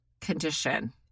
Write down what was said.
condition